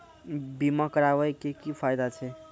बीमा कराबै के की फायदा छै?